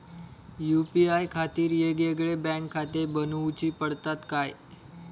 UPI खातीर येगयेगळे बँकखाते बनऊची पडतात काय?